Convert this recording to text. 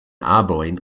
arbojn